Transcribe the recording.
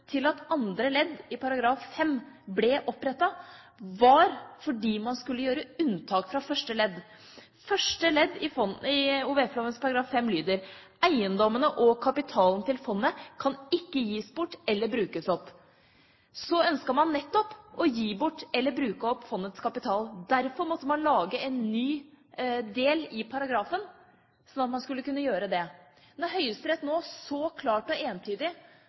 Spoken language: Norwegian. til at andre ledd i § 5 ble opprettet, var at man skulle gjøre unntak fra første ledd. Paragraf 5 første ledd i lov om Opplysningsvesenets fond lyder: «Eigedommane og kapitalen til fondet kan ikkje gjevast bort eller brukast opp.» Så ønsket man nettopp å gi bort eller bruke opp fondets kapital. Derfor måtte man lage et nytt ledd i paragrafen, sånn at man skulle kunne gjøre det. Når Høyesterett nå så klart og entydig